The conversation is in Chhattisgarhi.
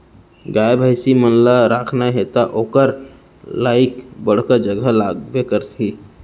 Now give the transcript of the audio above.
गाय भईंसी मन ल राखना हे त ओकर लाइक बड़का जघा लागबे करही